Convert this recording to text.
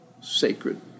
Sacred